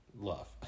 love